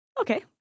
Okay